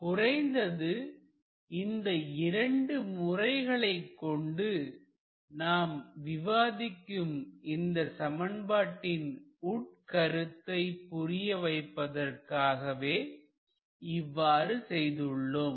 குறைந்தது இந்த இரண்டு முறைகளை கொண்டு நாம் விவாதிக்கும் இந்த சமன்பாட்டின் உட்கருத்தை புரிய வைப்பதற்காகவே இவ்வாறு செய்துள்ளோம்